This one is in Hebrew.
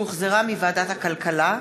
שהוחזרה מוועדת הכלכלה,